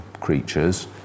creatures